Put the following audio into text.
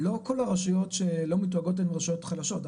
לא כל הרשויות שלא מתוייגות הן רשויות חלשות,